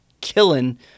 killing